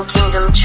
Kingdom